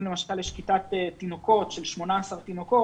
אם למשל יש כיתת תינוקות של 18 תינוקות